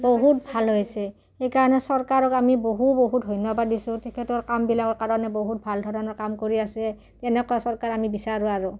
বহুত ভাল হৈছে সেইকাৰণে চৰকাৰক আমি বহু বহুত ধন্যবাদ দিছোঁ তেখেতৰ কামবিলাকৰ কাৰণে বহুত ভাল ধৰণৰ কাম কৰি আছে তেনেকুৱা চৰকাৰ আমি বিচাৰোঁ আৰু